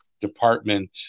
department